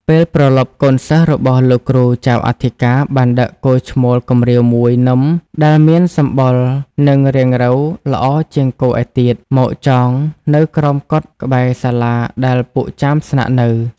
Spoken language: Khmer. ពេលព្រលប់ កូនសិស្សរបស់លោកគ្រូចៅអធិការបានដឹកគោឈ្មោលកម្រៀវមួយនឹមដែលមានសម្បុរនិងរាងរៅល្អជាងគោឯទៀត មកចងនៅក្រោមកុដិក្បែរសាលាដែលពួកចាមស្នាក់នៅ។